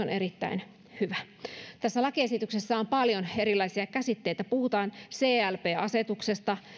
on erittäin hyvä lakiesityksessä on paljon erilaisia käsitteitä puhutaan clp asetuksesta